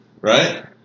right